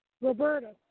Roberta